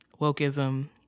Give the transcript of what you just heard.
wokeism